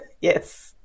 Yes